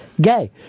gay